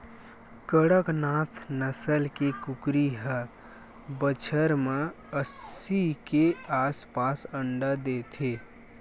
कड़कनाथ नसल के कुकरी ह बछर म अस्सी के आसपास अंडा देथे